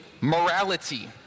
Morality